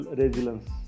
resilience